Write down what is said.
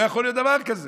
לא יכול להיות דבר כזה.